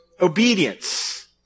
obedience